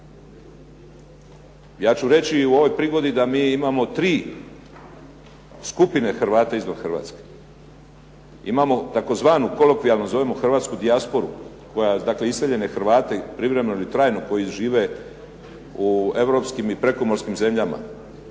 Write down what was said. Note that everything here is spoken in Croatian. Ja ću reći i u ovoj prigodi da mi imamo tri skupine Hrvata izvan Hrvatske. Imamo tzv. kolokvijalno zovemo hrvatsku dijasporu, koja dakle, iseljene Hrvate privremeno ili trajno koji žive u europskim i prekomorskim zemljama.